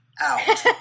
out